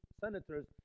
senators